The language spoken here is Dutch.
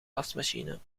wasmachine